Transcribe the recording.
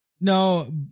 No